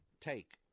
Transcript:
take